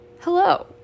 hello